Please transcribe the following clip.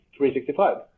365